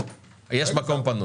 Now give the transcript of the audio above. יש מקום פנוי.